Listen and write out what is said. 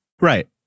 Right